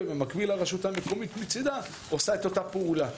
ובמקביל הרשות המקומית מצידה עושה את אותה פעולה.